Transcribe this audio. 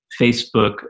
Facebook